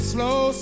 slow